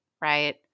right